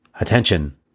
ATTENTION